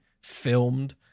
filmed